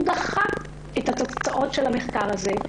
דחה את התוצאות של המחקר הזה.